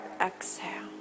exhale